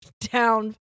Down